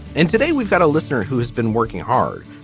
and today we've got a listener who has been working hard,